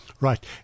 right